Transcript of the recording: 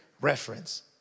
reference